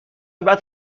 بعد